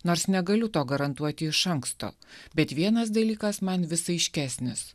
nors negaliu to garantuoti iš anksto bet vienas dalykas man vis aiškesnis